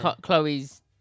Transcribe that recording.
Chloe's